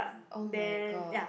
oh-my-god